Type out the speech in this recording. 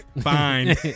Fine